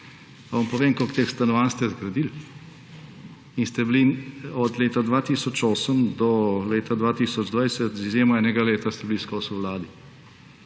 Pa vam povem, koliko teh stanovanj ste zgradili, pa ste bili od leta 2008 do leta 2020, z izjemo enega leta, vseskozi v vladi.